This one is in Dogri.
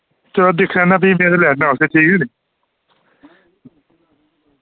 चलो दिक्खी लैना फ्ही में ठीक ऐ निं